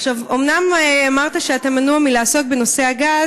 אומנם אמרת שאתה מנוע מלעסוק בנושא הגז,